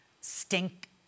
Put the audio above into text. stink